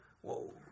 whoa